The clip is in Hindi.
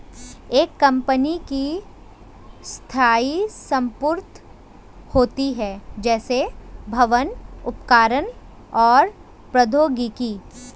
एक कंपनी की स्थायी संपत्ति होती हैं, जैसे भवन, उपकरण और प्रौद्योगिकी